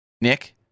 Nick